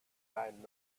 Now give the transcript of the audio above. found